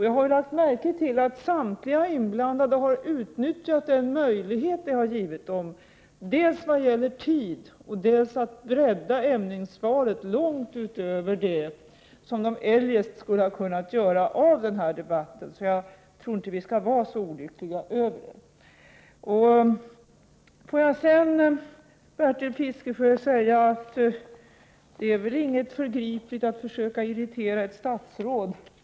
Jag har lagt märke till att samtliga inblandade har utnyttjat den möjlighet det har givit dem dels när det gäller taletid, dels när det gäller att bredda ämnesvalet långt utöver vad som eljest hade varit möjligt i den här debatten, så jag tycker inte att vi skall vara så olyckliga över det. Får jag sedan till Bertil Fiskesjö säga att det väl inte är förgripande att försöka irritera ett statsråd.